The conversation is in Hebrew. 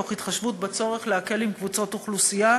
תוך התחשבות בצורך להקל עם קבוצות אוכלוסייה,